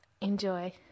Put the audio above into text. Enjoy